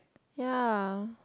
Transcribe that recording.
ya